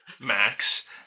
Max